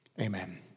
Amen